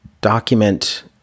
document